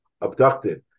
abducted